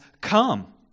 come